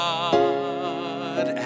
God